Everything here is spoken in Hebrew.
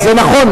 או, זה נכון.